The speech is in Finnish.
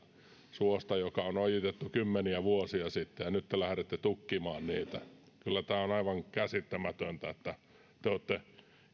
suosta joka on ojitettu kymmeniä vuosia sitten ja nyt te lähdette tukkimaan niitä kyllä tämä on aivan käsittämätöntä että te te olette